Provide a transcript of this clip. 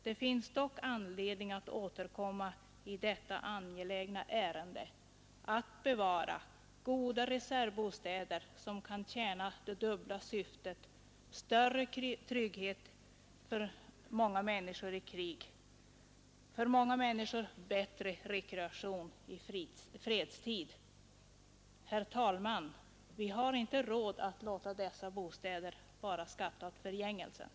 Det finns dock anledning att återkomma i detta angelägna ärende — att bevara goda reservbostäder som kan tjäna det dubbla syftet större trygghet för många människor i krig och bättre rekreation för många människor i fredstid. Herr talman! Vi har inte råd att låta dessa bostäder bara skatta åt förgängelsen.